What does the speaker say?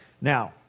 Now